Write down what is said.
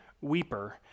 weeper